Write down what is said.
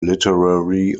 literary